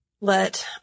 let